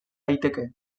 daiteke